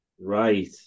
Right